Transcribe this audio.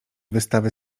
wystawy